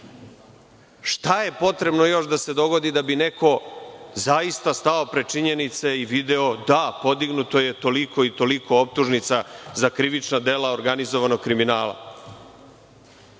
Šta je potrebno još da se dogodi da bi neko zaista stao pred činjenice i video da, podignuto je toliko i toliko optužnica za krivična dela organizovanog kriminala.